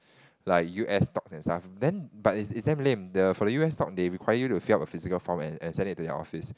like u_s stock itself then but is is damn lame the for the u_s stock they require you to fill out a physical form and and send it to your office